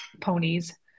ponies